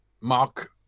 Mark